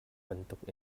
bantuk